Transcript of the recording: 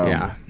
yeah.